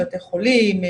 בתי חולים,